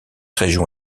région